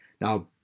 Now